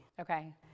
Okay